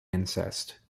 incest